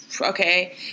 okay